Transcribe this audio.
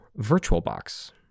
virtualbox